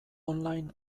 online